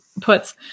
puts